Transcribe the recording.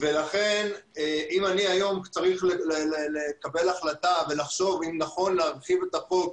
לכן אם אני צריך לקבל היום החלטה ולחשוב אם נכון להרחיב את החוק,